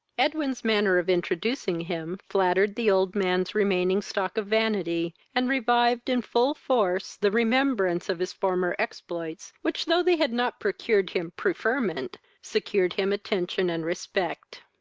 edwin's manner of introducing him, flattered the old man's remaining stock of vanity, and revived, in full force, the remembrance of his former exploits, which, though they had not procured him preferment, secured him attention and respect.